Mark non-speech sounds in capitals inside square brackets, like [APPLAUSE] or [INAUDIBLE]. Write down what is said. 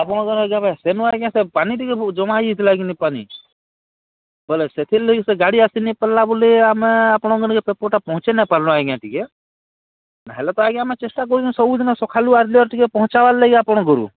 ଆପଣଙ୍କର୍ [UNINTELLIGIBLE] ସେନୁ ଆଜ୍ଞା ସେ ପାନି ଟିକେ ଜମା ହେଇଯାଇଥିଲା କିନି ପାନି ବେଲେ ସେଥିର୍ ଲାଗି ସେ ଗାଡ଼ି ଆସି ନାଇ ପାର୍ଲା ବୋଲି ଆମେ ଆପଣଙ୍କର୍ ନିକେ ପେପର୍ ପହଞ୍ଚେଇ ନାଇ ପାର୍ଲୁ ଆଜ୍ଞା ଟିକେ ନିହେଲେ ତ ଆଜ୍ଞା ଆମେ ଚେଷ୍ଟା କରୁଛୁଁ ସବୁଦିନ ସଖାଲୁ ଆର୍ଲିୟର୍ ଟିକେ ପହଞ୍ଚାବାର୍ ଲାଗି ଆପଣଙ୍କର୍